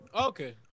Okay